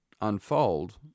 unfold